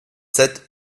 sept